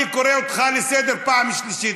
אני קורא אותך לסדר פעם שלישית.